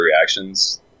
reactions